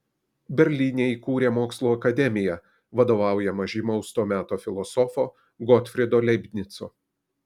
berlyne įkūrė mokslų akademiją vadovaujamą žymaus to meto filosofo gotfrydo leibnico